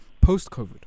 post-COVID